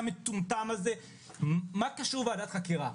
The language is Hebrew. מה קשור ועדת חקירה?